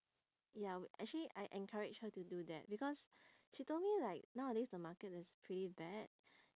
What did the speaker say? ya actually I encouraged her to do that because she told me like nowadays the market is pretty bad